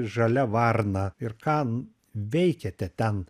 žalia varna ir ką veikiate ten